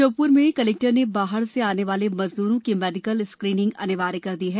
श्योपुर में कलेक्टर ने बाहर से आने वाले मजदूरों की मेडिकल स्क्रीनिंग अनिवार्य कर दी है